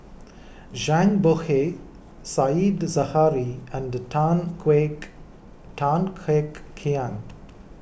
Zhang Bohe Said Zahari and Tan Kek Tan Hek Hiang